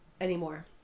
anymore